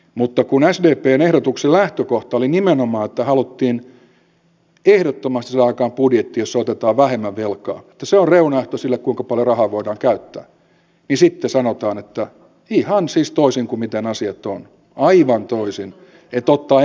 mutta kun sdpn ehdotuksen lähtökohta oli nimenomaan että haluttiin ehdottomasti saada aikaan budjetti jossa otetaan vähemmän velkaa että se on reunaehto sille kuinka paljon rahaa voidaan käyttää niin sitten sanotaan siis ihan toisin kuin miten asiat ovat aivan toisin että otetaan enemmän velkaa